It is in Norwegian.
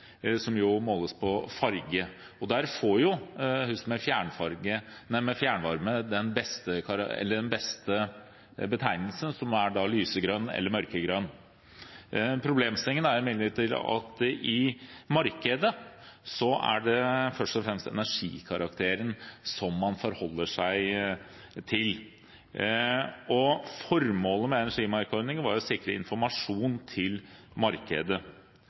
måles på farge. Der får hus med fjernvarme den beste betegnelsen, som er lysegrønn eller mørkegrønn. Problemstillingen er imidlertid at det i markedet først og fremst er energikarakteren som man forholder seg til. Formålet med energimerkeordningen var å sikre informasjon til markedet.